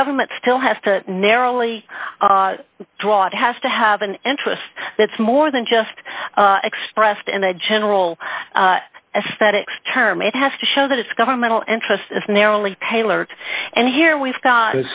the government still has to narrowly draw it has to have an interest that's more than just expressed in the general as statics term it has to show that it's governmental interest is narrowly tailored and here we've got